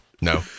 No